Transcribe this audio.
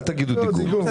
אל תגידו דיגום.